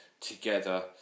together